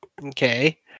okay